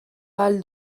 ahal